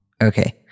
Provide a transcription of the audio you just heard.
Okay